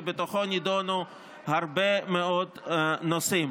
ובתוכו נדונו הרבה מאוד נושאים.